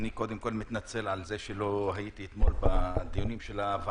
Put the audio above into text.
קודם כול אני מתנצל על זה שלא הייתי אתמול בדיונים של הוועדה.